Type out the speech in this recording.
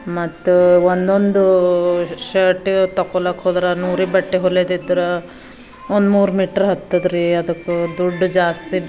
ಮತ್ತೆ ಒಂದೊಂದು ಶರ್ಟು ತಗೊಳ್ಳೋಕೆ ಹೋದ್ರೆ ನೂರಿ ಬಟ್ಟೆ ಹೊಲಿದಿದ್ರೆ ಒಂದು ಮೂರು ಮೀಟ್ರ್ ಹತ್ತದ ರೀ ಅದಕ್ಕೂ ದುಡ್ಡು ಜಾಸ್ತಿ